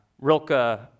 Rilke